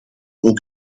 ook